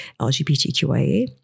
LGBTQIA